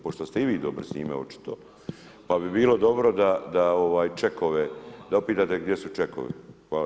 Pošto ste i vi dobri s njime, očito, pa bi bilo dobro da čekove, da pitate gdje su čekovi.